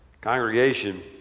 Congregation